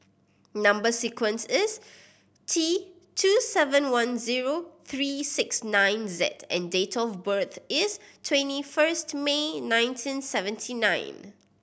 number sequence is T two seven one zero three six nine Z and date of birth is twenty first May nineteen seventy nine